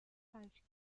falsch